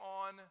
on